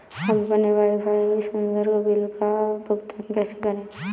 हम अपने वाईफाई संसर्ग बिल का भुगतान कैसे करें?